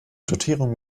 dotierung